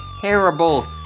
terrible